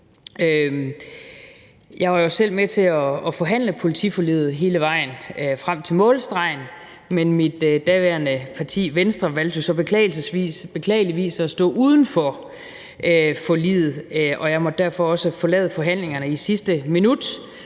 Jeg var jo selv med til at forhandle om politiforliget hele vejen frem til målstregen, men mit daværende parti, Venstre, valgte jo så beklageligvis at stå uden for forliget, og jeg måtte derfor også forlade forhandlingerne i sidste minut.